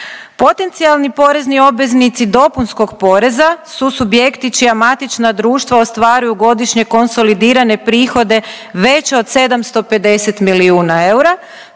Potencijali porezni obveznici dopunskog poreza su subjekti čija matična društva ostvaruje godišnje konsolidirane prihode veće od 750 milijuna eura,